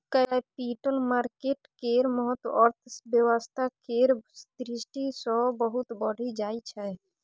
capital market केर महत्व अर्थव्यवस्था केर दृष्टि सँ बहुत बढ़ि जाइ छै